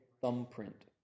thumbprint